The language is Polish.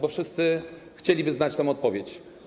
Bo wszyscy chcieliby znać tę odpowiedź.